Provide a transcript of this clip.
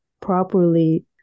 properly